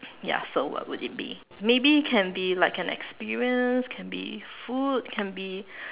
ya so what would it be maybe can be like an experience can be food can be